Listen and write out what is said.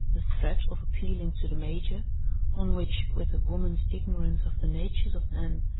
the threat of appealing to the major on which, with a woman's ignorance of the natures of men,